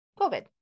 covid